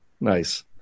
Nice